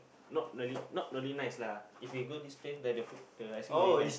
not really not really nice lah if you go this place then the food the ice cream very nice